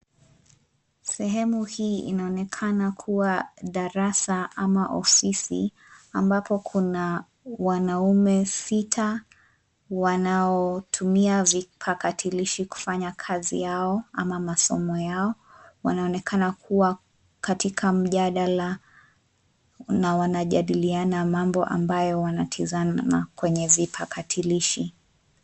Sehemu hii inaonekana kuwa darasa ama ofisi, ambapo kuna wanaume sita, wanaotumia vipakatalishi kufanya kazi yao ama masomo yao, wanaonekana kuwa katika mjadala, na wanajadiliana mambo ambayo wanatizama kwenye vipakatalishi.